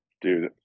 Dude